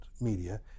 media